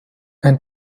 and